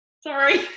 Sorry